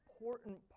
important